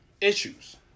issues